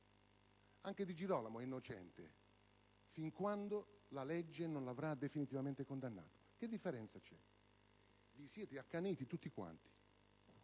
Anch'egli è innocente, fin quando la legge non lo avrà definitivamente condannato. Che differenza c'è? Vi siete invece accaniti tutti ed